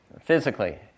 Physically